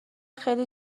خیلی